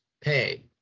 pay